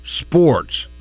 sports